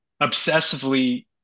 obsessively